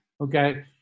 okay